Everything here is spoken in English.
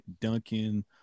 Duncan